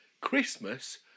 Christmas